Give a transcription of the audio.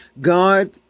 God